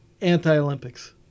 anti-Olympics